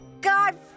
God